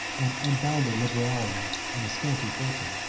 and unbounded liberality in a scanty fortune.